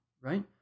right